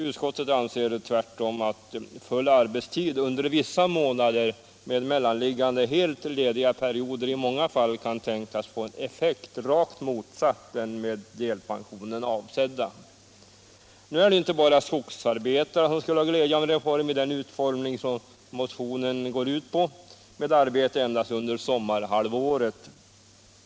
Utskottet anser att full arbetstid under vissa månader med mellanliggande helt lediga perioder i många fall kan tänkas få en effekt rakt motsatt den med delpensionen avsedda. Nu är det inte bara skogsarbetare som skulle ha glädje av en reform av det slag som åsyftas i motionen, dvs. arbete endast under sommarhalvåret.